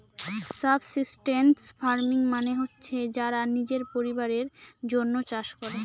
subsistence farming মানে হচ্ছে যারা নিজের পরিবারের জন্য চাষ করে